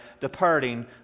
departing